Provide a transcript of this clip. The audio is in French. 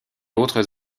autres